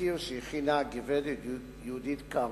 תזכיר שהכינה הגברת יהודית קרפ,